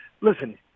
listen